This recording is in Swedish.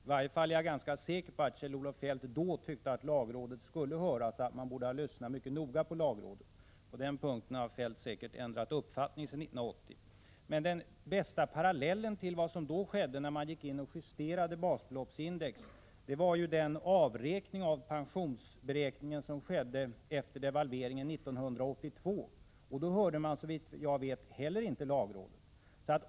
I varje fall är jag ganska säker på att Kjell-Olof Feldt då tyckte att lagrådet skulle höras och att man borde ha lyssnat mycket noga på lagrådet. På den punkten har Feldt säkert ändrat uppfattning sedan 1980. Men den bästa parallellen till vad som då skedde vid justeringen av basbeloppsindex var ju den avräkning av pensionsberäkningen som skedde efter devalveringen 1982, och, såvitt jag vet, hörde man inte heller då lagrådet.